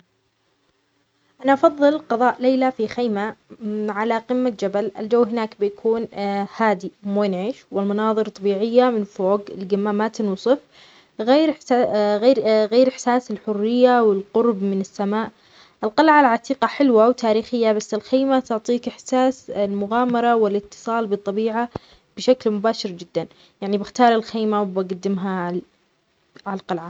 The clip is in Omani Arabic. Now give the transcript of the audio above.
أفضل قضاء ليلة في قلعة عتيقة. لأنها تعطي شعور بالغموض والتاريخ، وكل زاوية فيها تروي قصص من الماضي. أما الخيمة على قمة جبل، رغم جمالها، إلا أنني أحب الجلوس في مكان مليء بالقصص والأسرار، وهذا يمكنني تحسه أكثر في القلعة.